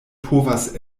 povas